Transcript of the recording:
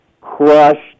crushed